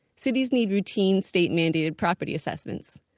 cities need routine state-mandated property assessments.